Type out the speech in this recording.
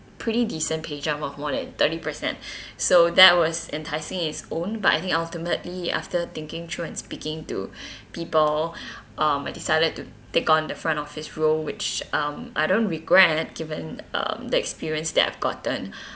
pretty decent pay jump of more than thirty percent so that was enticing in it's own but I think ultimately after thinking through and speaking to people um I decided to take on the front of this role which um I don't regret given um the experienced that I've gotten